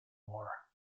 war